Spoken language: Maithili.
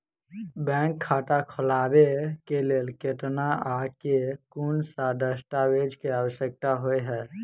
बैंक खाता खोलबाबै केँ लेल केतना आ केँ कुन सा दस्तावेज केँ आवश्यकता होइ है?